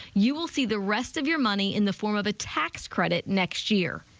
you will see the rest of your money in the form of a tax credit next year.